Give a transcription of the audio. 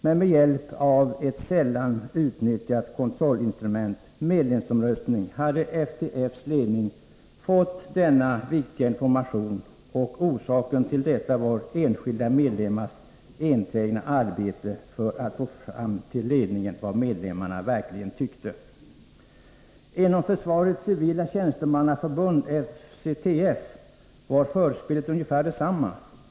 Men med hjälp av ett sällan utnyttjat kontrollinstrument — medlemsomröstning — hade FTF:s ledning fått denna viktiga information. Och orsaken till detta var enskilda medlemmars enträgna arbete för att få fram till ledningen vad medlemmarna verkligen tyckte. Inom Försvarets civila tjänstemannaförbund, FCTF, var förspelet ungefär detsamma.